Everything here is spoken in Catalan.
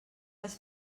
les